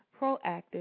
proactive